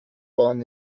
born